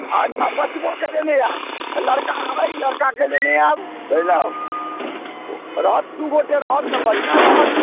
हँ एकटा बचबोके लेने आएब लड़का अइ लड़काके लेने आएब बुझलहुँ रहत दू गोटे रहब तऽ बढ़िआँ रहत